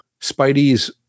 spidey's